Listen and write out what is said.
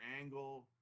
angle